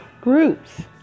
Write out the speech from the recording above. groups